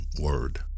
word